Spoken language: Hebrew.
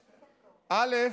א'